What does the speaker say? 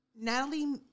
Natalie